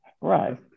Right